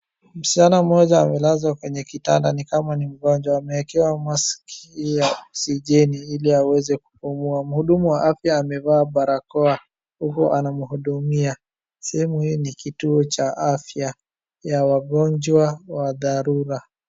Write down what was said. Msichana mmoja amelazwa kwenye kitanda ni kama ni mgonjwa amewekewa maski ya oksijeni ili aweze kupumua. Mhudumu wa afya amevaa barakoa huku anamhudumia, sehemu hii ni kituo cha afya ya wagonjwa wa dharura.